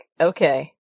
okay